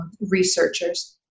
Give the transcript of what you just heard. researchers